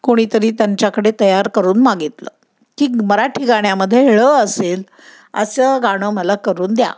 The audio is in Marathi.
कोणीतरी त्यांच्याकडे तयार करून मागितलं की मराठी गाण्यामध्ये ळं असेल असं गाणं मला करून द्या